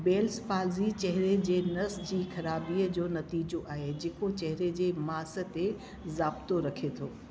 bells palsy चहिरे जे नस जी खराबीअ जो नतीजो आहे जेको चेहरे जे मास ते ज़ाब्तो रखे थो